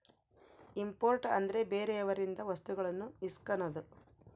import ಅಂದ್ರೆ ಬೇರೆಯವರಿಂದ ವಸ್ತುಗಳನ್ನು ಇಸ್ಕನದು